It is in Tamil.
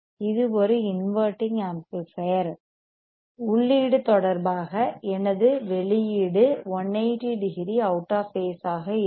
இது ஒரு இன்வெர்ட்டிங் ஆம்ப்ளிபையர் உள்ளீடு இன்புட் தொடர்பாக எனது வெளியீடு அவுட்புட் 1800 அவுட் ஆஃப் பேஸ் ஆக இருக்கும்